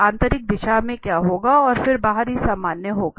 तो आंतरिक दिशा में क्या होगा और फिर बाहरी सामान्य होगा